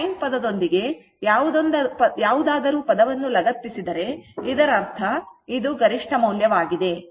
ಈ sin ಪದದೊಂದಿಗೆ ಯಾವುದಾದರೂ ಪದವನ್ನು ಲಗತ್ತಿಸಿದರೆ ಇದರರ್ಥ ಇದು ಗರಿಷ್ಠ ಮೌಲ್ಯವಾಗಿದೆ